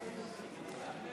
טיפול)